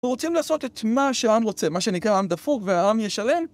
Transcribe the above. הוא רוצים לעשות את מה שהעם רוצה? מה שנקרא העם דפוק והעם ישלם?